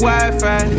Wi-Fi